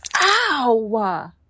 Ow